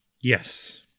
yes